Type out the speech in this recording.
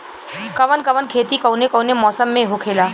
कवन कवन खेती कउने कउने मौसम में होखेला?